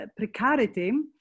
precarity